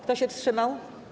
Kto się wstrzymał?